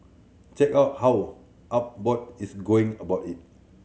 check out how Abbott is going about it